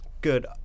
Good